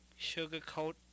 sugarcoat